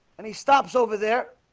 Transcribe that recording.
and he stops over there